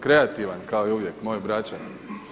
A kreativan kao i uvijek, moj Bračanin.